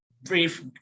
brief